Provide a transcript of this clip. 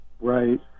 Right